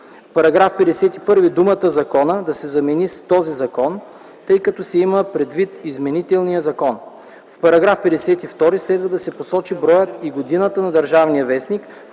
В § 51 думата „закона” да се замени с „този закон”, тъй като се има предвид изменителният закон. В § 52 следва да се посочи броят и годината на „Държавен вестник”,